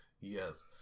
Yes